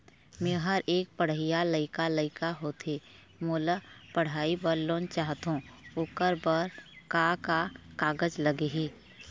मेहर एक पढ़इया लइका लइका होथे मोला पढ़ई बर लोन चाहथों ओकर बर का का कागज लगही?